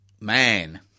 man